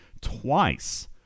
twice